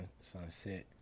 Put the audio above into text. sunset